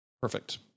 Perfect